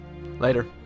Later